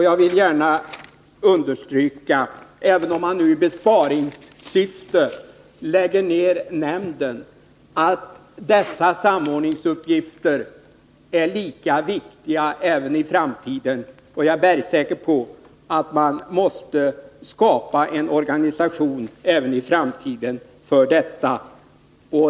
Jag vill gärna understryka att dessa samordningsuppgifter, även om man i besparingssyfte lägger ned nämnden, är lika viktiga i framtiden. Jag är bergsäker på att man måste skapa en organisation för detta även i framtiden.